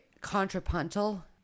contrapuntal